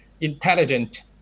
intelligent